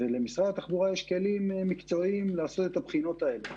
למשרד התחבורה יש כלים מקצועיים לעשות את הבחינות האלה.